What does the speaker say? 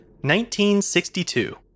1962